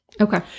Okay